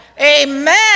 Amen